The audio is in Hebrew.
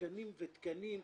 תקנים ותקנים.